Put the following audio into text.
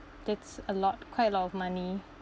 that's a lot quite a lot of money